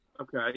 Okay